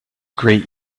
great